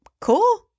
cool